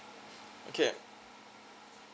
okay